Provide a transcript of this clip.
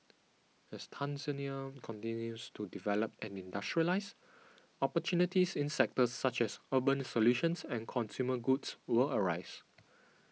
as Tanzania continues to develop and industrialise opportunities in sectors such as urban solutions and consumer goods will arise